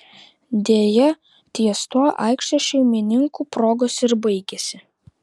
deja ties tuo aikštės šeimininkų progos ir baigėsi